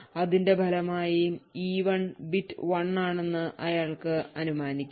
അതിന്റെ ഫലമായി e1 bit 1 ആണെന്ന് അയാൾക്ക് അനുമാനിക്കാം